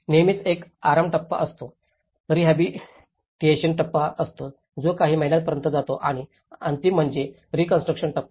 नेहमीच एक आराम टप्पा असतो रिहॅबिलिटेशन टप्पा असतो जो काही महिन्यांपर्यंत जातो आणि अंतिम म्हणजे रीकॉन्स्ट्रुकशन टप्पा